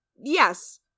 Yes